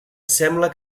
sembla